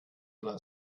lassen